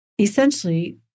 essentially